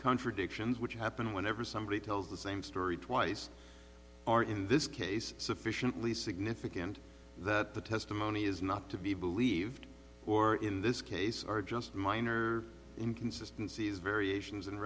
contradictions which happen whenever somebody tells the same story twice or in this case sufficiently significant that the testimony is not to be believed or in this case are just minor inconsistency is variations in